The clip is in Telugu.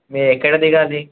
మీరుక్కడ దిగాలి